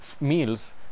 meals